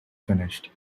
finished